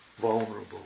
vulnerable